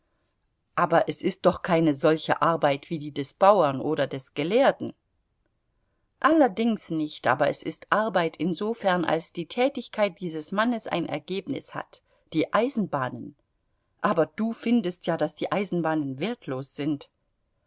aber es ist doch keine solche arbeit wie die des bauern oder des gelehrten allerdings nicht aber es ist arbeit insofern als die tätigkeit dieses mannes ein ergebnis hat die eisenbahnen aber du findest ja daß die eisenbahnen wertlos sind